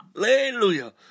hallelujah